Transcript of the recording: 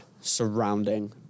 surrounding